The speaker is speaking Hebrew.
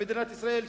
למדינת ישראל,